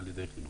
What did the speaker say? על ידי חינוך.